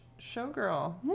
showgirl